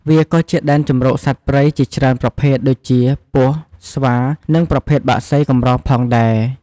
វាក៏ជាដែនជម្រកសត្វព្រៃជាច្រើនប្រភេទដូចជា ពស់ ស្វា និងប្រភេទបក្សីកម្រផងដែរ។